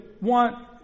want